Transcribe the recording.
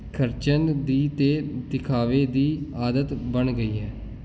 ਖਰਚਣ ਦੀ ਅਤੇ ਦਿਖਾਵੇ ਦੀ ਆਦਤ ਬਣ ਗਈ ਹੈ